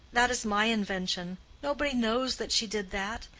that is my invention. nobody knows that she did that.